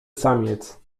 samiec